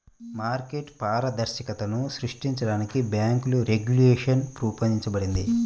market పారదర్శకతను సృష్టించడానికి bank regulation రూపొందించబడింది